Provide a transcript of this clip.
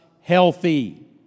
healthy